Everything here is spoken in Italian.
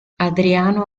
adriano